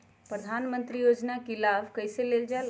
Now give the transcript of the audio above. प्रधानमंत्री योजना कि लाभ कइसे लेलजाला?